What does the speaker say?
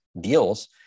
deals